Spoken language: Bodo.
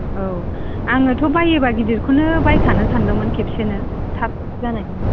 औ आङोथ' बायोबा गिदिरखौनो बायखानो सानदोंमोन खेबसेनो थाब जानायनि